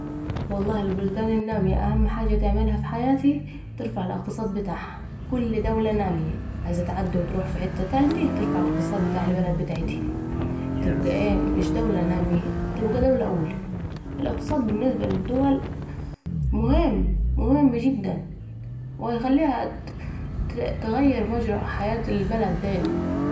والله البلدان النامي اهم حاجه تعملها في حياتها ترفع الاقتصاد بتاعها، كل دولة ناميه عايزه تعدي وتروح في حته تالته ترفع الاقتصاد بتاع البلد بتاعتها ، تبقي ايه مش دوله ناميه تبقي دوله أولي ، الاقتصاد بالنسبة للدول مهم، مهم جدآ ، و هتخليها تغير مجري حيات البلد دي